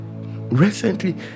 recently